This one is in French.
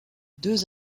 deux